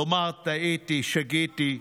לומר: טעיתי, שגיתי.